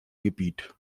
gebiet